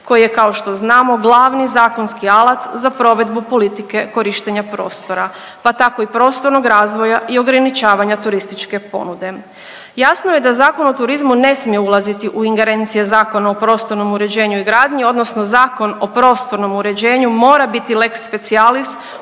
koji je kao što znamo glavni zakonski alat za provedbu politike korištenja prostora, pa tako i prostornog razvoja i ograničavanja turističke ponude. Jasno je da Zakon o turizmu ne smije ulaziti u ingerencije Zakona o prostornom uređenju i gradnji odnosno Zakon o prostornom uređenju mora biti lex specialis